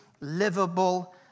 livable